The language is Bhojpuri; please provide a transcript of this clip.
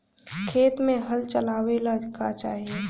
खेत मे हल चलावेला का चाही?